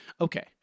okay